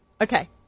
Okay